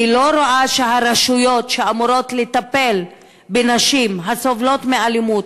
אני לא רואה שהרשויות שאמורות לטפל בנשים הסובלות מאלימות